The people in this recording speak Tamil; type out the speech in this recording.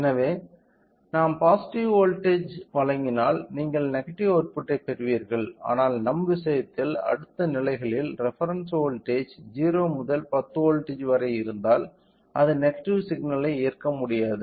எனவே நாம் பாசிட்டிவ் வோல்ட்டேஜ் வழங்கினால் நீங்கள் நெகடிவ் அவுட்புட்டைப் பெறுவீர்கள் ஆனால் நம் விஷயத்தில் அடுத்த நிலைகளில் ரெபெரென்ஸ் வோல்ட்டேஜ் 0 முதல் 10 வோல்ட் வரை இருந்தால் அது நெகடிவ் சிக்னல் ஐ ஏற்க முடியாது